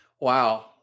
Wow